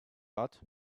but